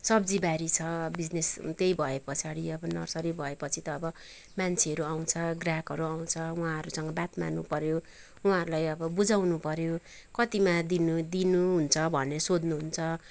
सब्जी बारी छ बिजनेस त्यही भएपछाडी अब नर्सरी भएपछि त अब मान्छेहरू आउँछ ग्राहकहरू आउँछ उहाँहरूसँग बात मार्नुपर्यो उहाँहरूलाई अब बुझाउनुपर्यो कतिमा दिनु दिनुहुन्छ भनेर सोध्नुहुन्छ